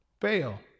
fail